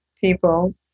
people